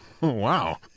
Wow